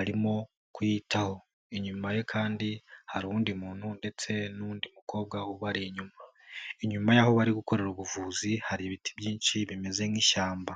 arimo kuyitaho. Inyuma ye kandi hari uwundi muntu ndetse n'undi mukobwa ubari inyuma. Inyuma y'aho bari gukorera ubuvuzi, hari ibiti byinshi bimeze nk'ishyamba.